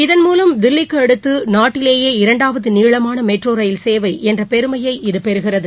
இதன் மூலம் தில்லிக்குஅடுத்துநாட்டிலேயே இரண்டாவதுநீளமானமெட்ரோரயில் சேவைஎன்றபெருமையை இது பெறுகிறது